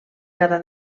cada